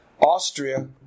Austria